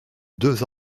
deux